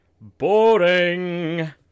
BORING